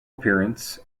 appearance